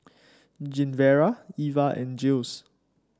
Genevra Eva and Jiles